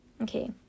Okay